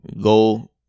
go